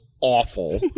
awful